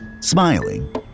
Smiling